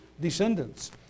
descendants